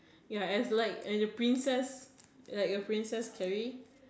ya as like as a princess like a princess cherry